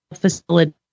facility